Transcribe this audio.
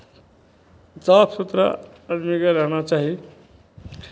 साफ सुथरा आदमीकेँ रहना चाही